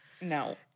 No